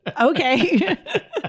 okay